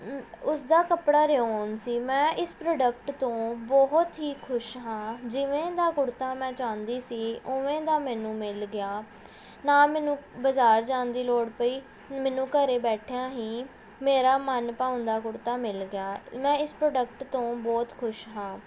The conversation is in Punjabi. ਉਸ ਦਾ ਕੱਪੜਾ ਰਿਓਨ ਸੀ ਮੈਂ ਇਸ ਪ੍ਰੋਡਕਟ ਤੋਂ ਬਹੁਤ ਹੀ ਖੁਸ਼ ਹਾਂ ਜਿਵੇਂ ਦਾ ਕੁੜਤਾ ਮੈਂ ਚਾਹੁੰਦੀ ਸੀ ਉਵੇਂ ਦਾ ਮੈਨੂੰ ਮਿਲ ਗਿਆ ਨਾ ਮੈਨੂੰ ਬਾਜ਼ਾਰ ਜਾਣ ਦੀ ਲੋੜ ਪਈ ਮੈਨੂੰ ਘਰ ਬੈਠਿਆਂ ਹੀ ਮੇਰਾ ਮਨ ਭਾਉਂਦਾ ਕੁੜਤਾ ਮਿਲ ਗਿਆ ਮੈਂ ਇਸ ਪ੍ਰੋਡਕਟ ਤੋਂ ਬਹੁਤ ਖੁਸ਼ ਹਾਂ